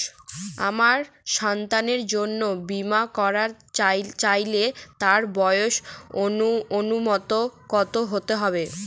আমার সন্তানের জন্য বীমা করাতে চাইলে তার বয়স ন্যুনতম কত হতেই হবে?